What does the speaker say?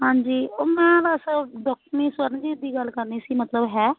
ਹਾਂਜੀ ਉਹ ਮੈਂ ਬਸ ਦੁੱਖ ਨਹੀਂ ਸਵਰਨਜੀਤ ਦੀ ਗੱਲ ਕਰਨੀ ਸੀ ਮਤਲਬ ਹੈ